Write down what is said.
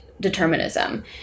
determinism